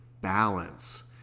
balance